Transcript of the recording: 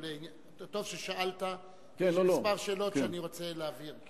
טוב ששאלת, יש כמה שאלות שאני רוצה להבהיר.